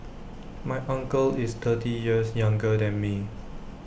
my uncle is thirty years younger than me